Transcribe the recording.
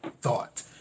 thought